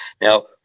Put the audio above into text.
Now